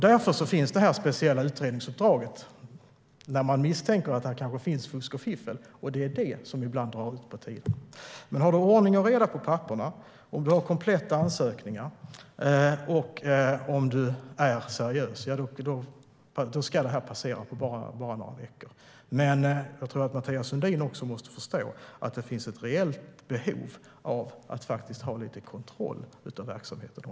Därför finns det ett speciellt utredningsuppdrag vid misstanke om fusk och fiffel, och det drar ibland ut på tiden. Men har man ordning och reda på papperen, kompletta ansökningar och är seriös, då ska det gå igenom på några veckor. Mathias Sundin måste förstå att det finns ett reellt behov av att ha kontroll av verksamheterna.